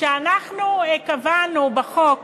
כשאנחנו קבענו בחוק